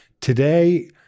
Today